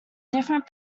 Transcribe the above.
different